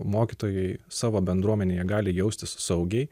mokytojai savo bendruomenėje gali jaustis saugiai